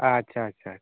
ᱟᱪᱪᱷᱟ ᱟᱪᱪᱷᱟ